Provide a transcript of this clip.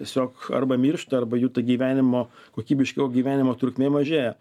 tiesiog arba miršta arba jų ta gyvenimo kokybiško gyvenimo trukmė mažėja